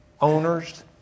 owners